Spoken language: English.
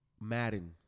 Madden